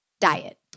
diet